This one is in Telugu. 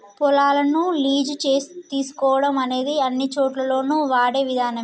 పొలాలను లీజు తీసుకోవడం అనేది అన్నిచోటుల్లోను వాడే విధానమే